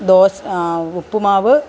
dosa ഉപ്പുമാവ്